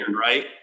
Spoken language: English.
right